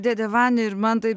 dėdę vanią ir man taip